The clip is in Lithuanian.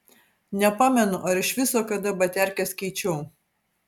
nepamenu ar iš viso kada baterkes keičiau